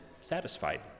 satisfied